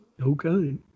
Okay